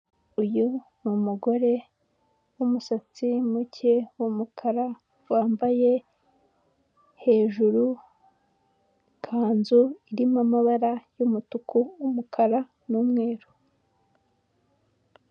Uyu ni umugore w'umusatsi muke w'umukara. Yambaye hejuru ikanzu irimo amabara y'umutuku, umukara n'umweru.